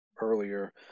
earlier